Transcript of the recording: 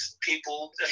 people